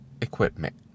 equipment